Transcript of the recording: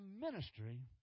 ministry